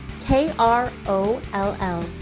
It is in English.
K-R-O-L-L